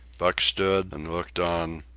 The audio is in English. buck stood and looked on,